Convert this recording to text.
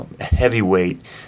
heavyweight